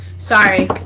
Sorry